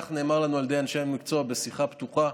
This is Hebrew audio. כך נאמר לנו על ידי אנשי המקצוע בשיחה פתוחה.